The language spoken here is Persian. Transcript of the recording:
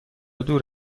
دور